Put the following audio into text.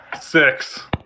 Six